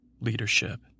leadership